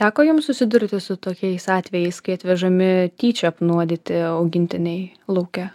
teko jums susidurti su tokiais atvejais kai atvežami tyčia apnuodyti augintiniai lauke